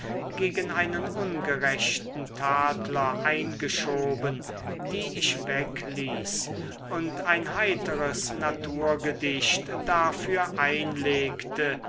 gegen einen ungerechten tadler eingeschoben die ich wegließ und ein heiteres naturgedicht dafür einlegte